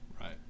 right